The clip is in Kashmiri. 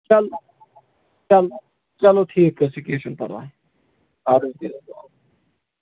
چل چل چَلو ٹھیٖک حظ چھُ کیٚنٛہہ چھُنہٕ پَرواے اَدٕ حظ بِہِو